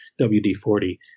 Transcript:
WD-40